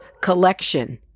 collection